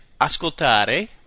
ascoltare